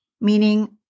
meaning